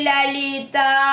Lalita